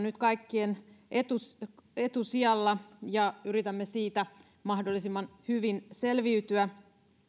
nyt kaikkien etusijalla etusijalla ja yritämme siitä mahdollisimman hyvin selviytyä